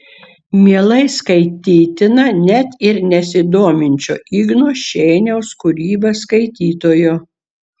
mielai skaitytina net ir nesidominčio igno šeiniaus kūryba skaitytojo